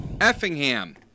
Effingham